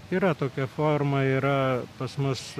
yra tokia forma yra pas mus